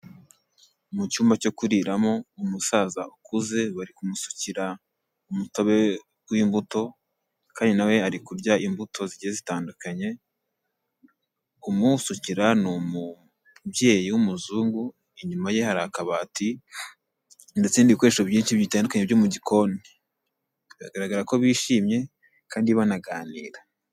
Mu cyumba cyo kuriramo umusaza ukuze bari kumusukira umutobe w'imbuto kandi nawe ari kurya imbuto zigiye zitandukanye, umusukira ni umubyeyi w'umuzungu inyuma ye hari akabati ndetse n'ibikoresho byinshi bitandukanye byo mu gikoni, bigaragara ko bishimye kandi banaganira.